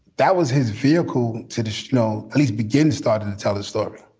that was his vehicle to the snow, at least begin started to tell the story